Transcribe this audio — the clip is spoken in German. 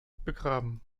begraben